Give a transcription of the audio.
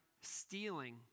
stealing